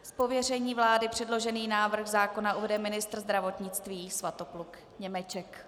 Z pověření vlády předložený návrh zákona uvede ministr zdravotnictví Svatopluk Němeček.